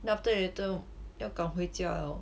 then after later 要赶回家 liao